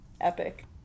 epic